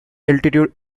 altitude